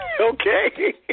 Okay